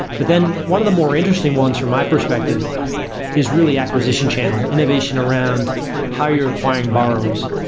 but then one of the more interesting ones from my perspective is really acquisition channel, innovation around higher requiring borrowers.